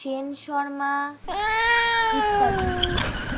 সেন শর্মা ইত্যাদি